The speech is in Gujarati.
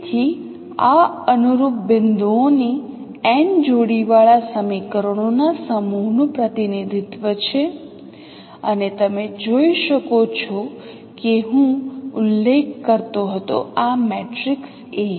તેથી આ અનુરૂપ બિંદુઓની n જોડીવાળા સમીકરણોના સમૂહનું પ્રતિનિધિત્વ છે અને તમે જોઈ શકો છો કે હું ઉલ્લેખ કરતો હતો આ મેટ્રિક્સ A